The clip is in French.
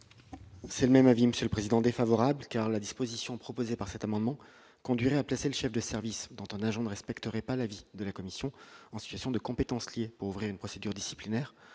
C'est le même avis Monsieur Président défavorable car la disposition proposée par cet amendement conduirait à placer le chef de service dans un agent de respecteraient pas l'avis de la commission en Suisse sont de compétence qui pour ouvrir une procédure disciplinaire,